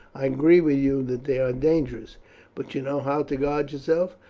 i agree with you that they are dangerous but you know how to guard yourself.